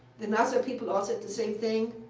the nasa people all said the same thing.